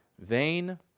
vain